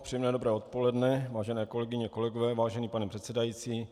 Příjemné dobré odpoledne, vážené kolegyně, kolegové, vážený pane předsedající.